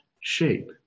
shape